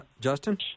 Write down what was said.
Justin